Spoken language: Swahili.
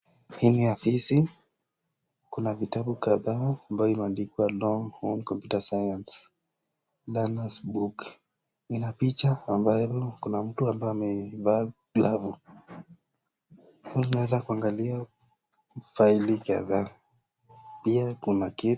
Hii ni ofisi. Kuna vitabu kadhaa ambayo imeandikwa, Long Horn Computer Science, Learner's Book . Ina picha ambayo kuna mtu ambaye amevaa glavu. Tunaweza kuangalia faili kadhaa. Pia kuna kitu.